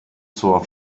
zur